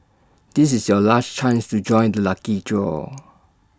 this is your last chance to join the lucky draw